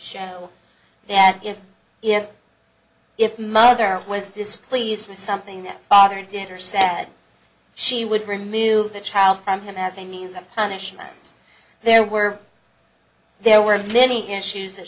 show there if if if mother was displeased with something that father did or said she would remove the child from him as a means of punishment there were there were many issues that